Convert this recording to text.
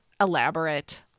elaborate